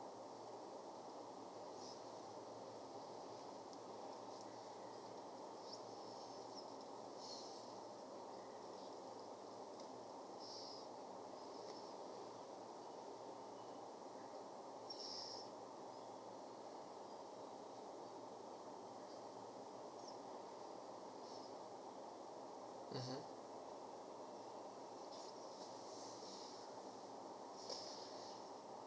mmhmm